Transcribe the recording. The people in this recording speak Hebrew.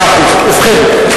ובכן,